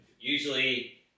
Usually